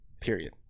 period